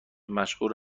مشغول